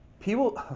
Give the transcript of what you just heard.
people